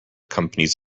company’s